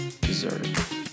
deserve